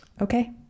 Okay